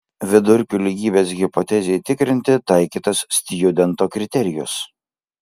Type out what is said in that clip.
vidurkių lygybės hipotezei tikrinti taikytas stjudento kriterijus